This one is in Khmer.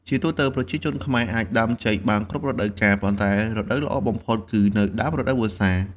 ជាទូទៅ ប្រជាជនខ្មែរអាចដាំចេកបានគ្រប់រដូវកាល ប៉ុន្តែរដូវល្អបំផុតគឺនៅដើមរដូវវស្សា។